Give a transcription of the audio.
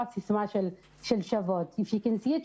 הסיסמא של "שוות": If She Can See It,